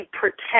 protect